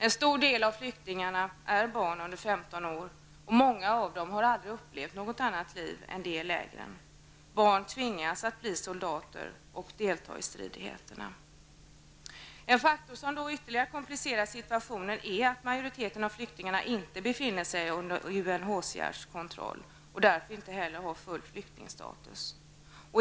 En stor del av flyktingarna är barn under 15 år, och många av dem har aldrig upplevt något annat liv än det i lägren. Barn tvingas att bli soldater och delta i stridigheterna. En faktor som ytterligare komplicerar situationen är att majoriteten av flyktingarna inte befinner sig under UNHCRs kontroll och därför inte heller har full flyktingstatus.